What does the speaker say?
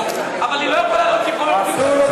אבל היא לא יכולה להוציא כלום מוועדת החוץ והביטחון.